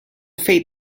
fate